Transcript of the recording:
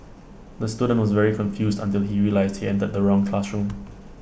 the student was very confused until he realised he entered the wrong classroom